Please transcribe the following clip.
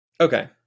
Okay